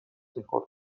میخورد